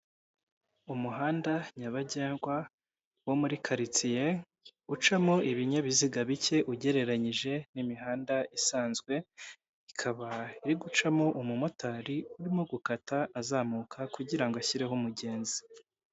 Umuhanda nyabagendwa wo muri karitsiye ucamo ibinyabiziga bike ugereranyije n'imihanda isanzwe, ikaba iri gucamo umumotari urimo gukata azamuka kugira ngo ashyireho umugenzi.